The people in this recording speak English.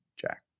Jack